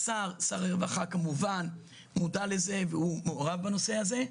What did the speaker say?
שר הרווחה כמובן מודע לזה ומעורב בנושא הזה.